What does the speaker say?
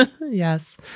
yes